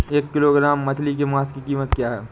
एक किलोग्राम मछली के मांस की कीमत क्या है?